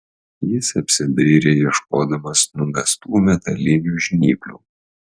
jis apsidairė ieškodamas numestų metalinių žnyplių